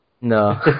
No